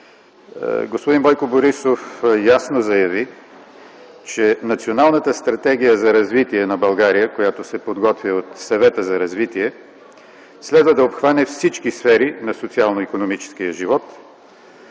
господин Бойко Борисов ясно заяви, че националната стратегия за развитие на България, която се подготвя от Съвета за развитие, следва да обхване всички сфери на социално-икономическия живот.